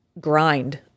grind